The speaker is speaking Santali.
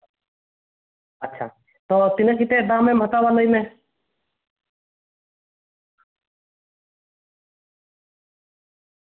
ᱟᱪᱪᱷᱟ ᱛᱚ ᱛᱤᱱᱟᱹᱜ ᱠᱟᱛᱮ ᱫᱟᱢᱮᱢ ᱦᱟᱛᱟᱣ ᱫᱟ ᱞᱟᱹᱭ ᱢᱮ